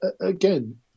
again